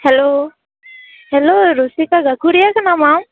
hello hello Rusika ᱜᱟ ᱠᱷᱩᱲᱤᱭᱟᱹ ᱠᱟᱱᱟᱢ ᱟᱢ